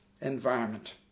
environment